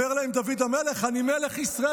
אומר להם דוד המלך: אני מלך ישראל.